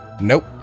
Nope